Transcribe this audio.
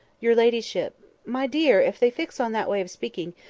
your ladyship my dear, if they fix on that way of speaking,